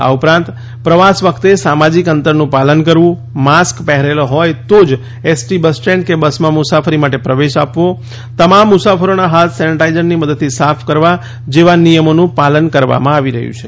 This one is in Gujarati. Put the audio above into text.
આ ઉપરાંત પ્રવાસ વખતે સામાજિક અંતરનું પાલન કરવું માસ્ક પહેરેલો હોય તો જ એસટી બસ સ્ટેન્ડ કે બસમાં મુસાફરી માટે પ્રવેશ આપવો તમામ મુસાફરોના હાથ સેનેટાઇઝરની મદદથી સાફ કરવા જેવા નિયમોનું પાલન કરવામાં આવી રહ્યું છે